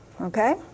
Okay